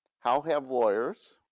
how have lawyers,